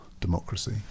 democracy